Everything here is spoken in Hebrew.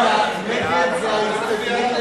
נגד זה נגד ההסתייגות,